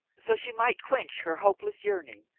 so she might quench her hopeless yearning,